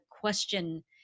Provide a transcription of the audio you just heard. question